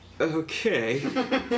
Okay